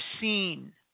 seen